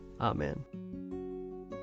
Amen